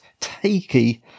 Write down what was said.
takey